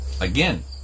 Again